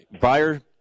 buyer